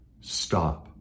Stop